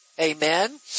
Amen